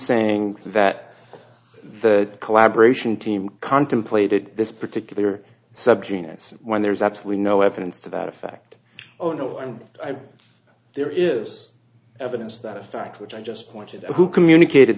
saying that the collaboration team contemplated this particular subject when there is absolutely no evidence to that effect oh no and there is evidence that fact which i just pointed out who communicated